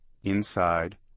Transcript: Inside